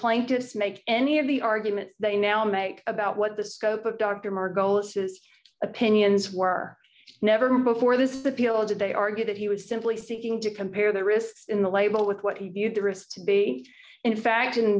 plaintiffs make any of the arguments they now make about what the scope of dr margolis his opinions were never before this is the p l o did they argue that he was simply seeking to compare the risk in the label with what he viewed the risk to be in fact in